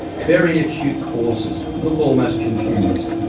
very acute courses, look almost confused,